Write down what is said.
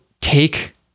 take